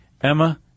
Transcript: Emma